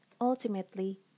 ultimately